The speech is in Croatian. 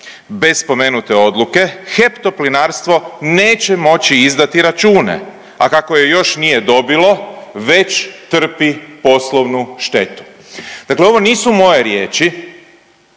Bez spomenute odluke, HEP Toplinarstvo neće moći izdati račune, a kako je još nije dobilo, već trpi poslovnu štetu. Dakle ovo nisu moje riječi,